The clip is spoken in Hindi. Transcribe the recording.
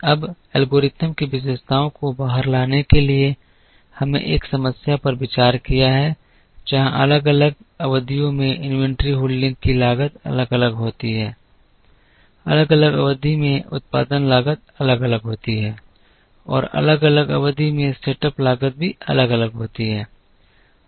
अब एल्गोरिथ्म की विशेषताओं को बाहर लाने के लिए हमने एक समस्या पर विचार किया है जहां अलग अलग अवधियों में इन्वेंट्री होल्डिंग की लागत अलग अलग होती है अलग अलग अवधि में उत्पादन लागत अलग अलग होती है और अलग अलग अवधि में सेटअप लागत भी अलग अलग होती है